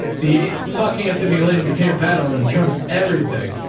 the fucking anthony lane. you can't bet on them trumps everything,